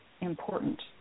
important